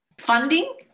Funding